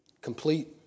complete